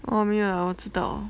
oh 没有啦我知道